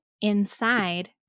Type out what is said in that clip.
inside